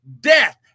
death